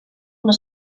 una